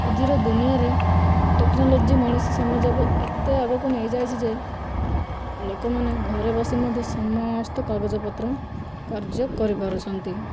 ଆଜିର ଦୁନିଆରେ ଟେକ୍ନୋଲୋଜି ମଣିଷ ସମାଜକୁ ଏତେ ଆଗକୁ ନେଇ ଯାଇଛି ଯେ ଲୋକମାନେ ଘରେ ବସି ମଧ୍ୟ ସମସ୍ତ କାଗଜପତ୍ର କାର୍ଯ୍ୟ କରିପାରୁଛନ୍ତି